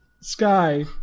Sky